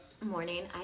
morning